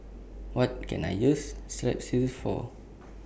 What Can I use Strepsils For